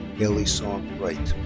haley song breit.